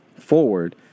forward